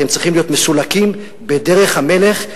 הם צריכים להיות מסולקים בדרך המלך,